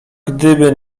gdyby